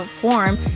form